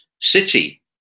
city